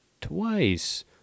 twice